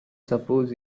suppose